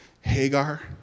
Hagar